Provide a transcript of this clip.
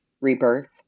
rebirth